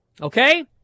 Okay